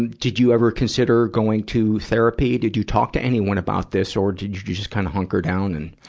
and did you ever consider going to therapy? did you talk to anyone about this, or did you just kind of hunker down and,